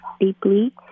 deeply